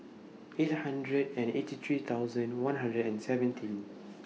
eight hundred and eighty three thousand one hundred and seventeen